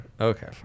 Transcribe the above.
Okay